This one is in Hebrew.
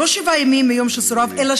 לא שבעה ימים מיום שסורב, אלא